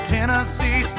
Tennessee